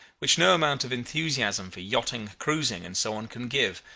which no amount of enthusiasm for yachting, cruising, and so on can give,